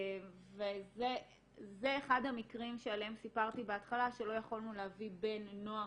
וזה אחד המקרים שעליהם סיפרתי בהתחלה שלא יכולנו להביא בן נוער